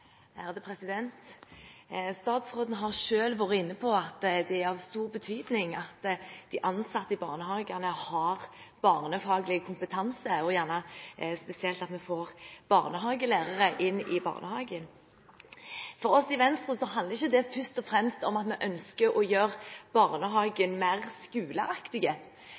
Statsråden har selv vært inne på at det er av stor betydning at de ansatte i barnehagene har barnefaglig kompetanse, og spesielt at vi får barnehagelærere inn i barnehagen. For oss i Venstre handler det ikke først og fremst om at vi ønsker å gjøre barnehagen mer